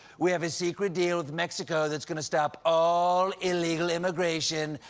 we have a secret deal with mexico that's going to stop all illegal immigration.